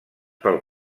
pel